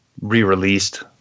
re-released